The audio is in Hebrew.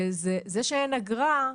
וזה שאין אגרה,